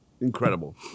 Incredible